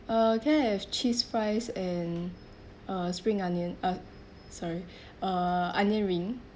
uh can I have cheese fries and uh spring onion uh sorry uh onion ring